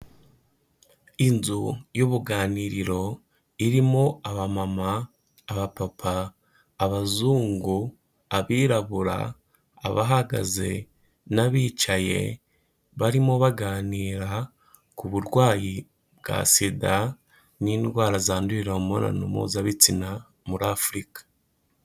Inzu y'ubuganiriro irimo abamama, abapapa, abazungu, abirabura, abahagaze n'abicaye barimo baganira ku burwayi bwa SIDA n'indwara zandurira mu mibonano mpuzabitsina muri Afurika.